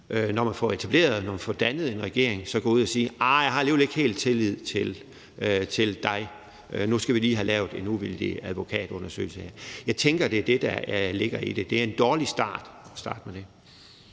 jo ikke efterfølgende, når man får dannet en regering, gå ud og sige: Arh, jeg har alligevel ikke helt tillid til dig, nu skal vi lige have lavet en uvildig advokatundersøgelse her. Jeg tænker, det er det, der ligger i det. Det er en dårlig start at starte med det.